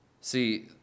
See